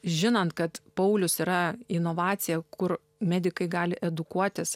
žinant kad paulius yra inovacija kur medikai gali edukuoti